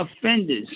offenders